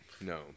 No